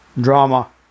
Drama